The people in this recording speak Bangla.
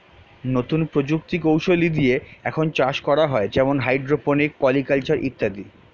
নতুন প্রযুক্তি কৌশলী দিয়ে এখন চাষ করা হয় যেমন হাইড্রোপনিক, পলি কালচার ইত্যাদি